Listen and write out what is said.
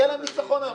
יהיה להם ניצחון היום,